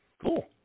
Cool